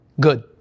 good